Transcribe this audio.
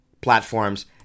platforms